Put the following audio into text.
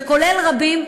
וכולל רבים,